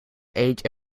age